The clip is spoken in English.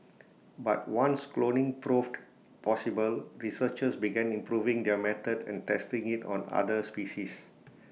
but once cloning proved possible researchers began improving their method and testing IT on other species